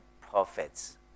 prophets